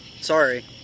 sorry